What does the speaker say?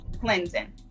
cleansing